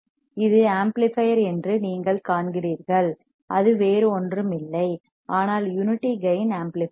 இது ஆம்ப்ளிபையர் என்று நீங்கள் காண்கிறீர்கள் அது வேறு ஒன்றுமில்லை ஆனால் யூனிட்டி கேயின் ஆம்ப்ளிபையர்